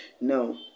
no